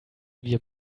wir